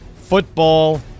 football